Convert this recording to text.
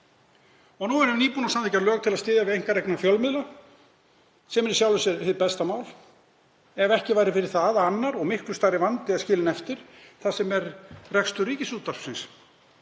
Nú erum við nýbúin að samþykkja lög til að styðja við einkarekna fjölmiðla sem er í sjálfu sér hið besta mál ef ekki væri fyrir það að annar og miklu stærri vandi er skilinn eftir þar sem er rekstur Ríkisútvarpsins.